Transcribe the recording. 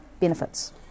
benefits